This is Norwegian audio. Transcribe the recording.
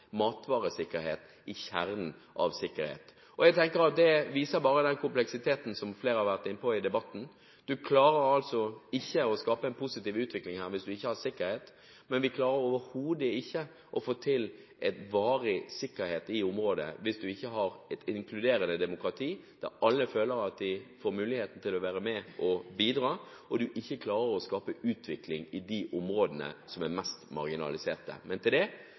matvaresikkerhet i kjernen av sikkerhet. Jeg tenker at dette viser den kompleksiteten som flere har vært inne på i debatten. Man klarer ikke å skape en positiv utvikling hvis man ikke har sikkerhet. Man klarer overhodet ikke å få til varig sikkerhet i området hvis man ikke har et inkluderende demokrati, der alle føler at de får mulighet til å være med og bidra, og hvis man ikke klarer å skape utvikling i de mest marginaliserte områdene. Til det trengs det politisk vilje og langvarig innsats fra det